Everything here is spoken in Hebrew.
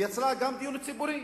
ויצרה גם דיון ציבורי